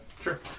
sure